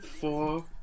four